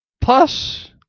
Plus